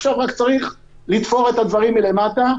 עכשיו רק צריך לתפור את הדברים מלמטה.